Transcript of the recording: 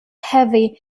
heavy